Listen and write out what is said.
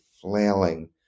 flailing